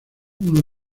uno